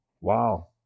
Wow